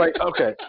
Okay